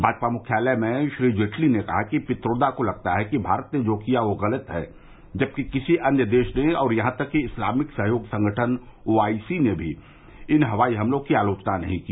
भाजपा मुख्यालय में श्री जेटली ने कहा कि पित्रोदा को लगता है कि भारत ने जो किया यो गलत है जबकि किसी अन्य देश ने और यहां तक कि इस्लामिक सहयोग संगठन ओआईसी ने भी इन हवाई हमले की आलोचना नहीं की